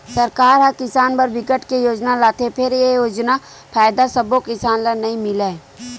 सरकार ह किसान बर बिकट के योजना लाथे फेर ए योजना के फायदा सब्बो किसान ल नइ मिलय